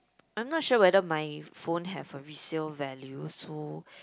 I'm not sure whether my phone have a resale value so